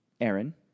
Aaron